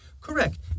Correct